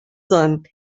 son